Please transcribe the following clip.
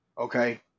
Okay